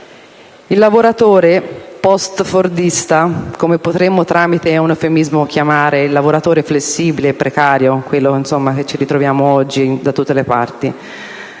il lavoratore post-fordista, come, tramite un eufemismo, potremmo chiamare il lavoratore flessibile e precario (quello che ci ritroviamo oggi da tutte le parti),